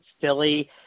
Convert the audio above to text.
Philly